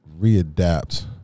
readapt